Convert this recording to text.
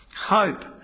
hope